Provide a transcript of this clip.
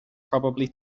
probably